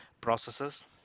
processes